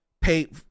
pay